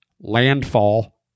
Landfall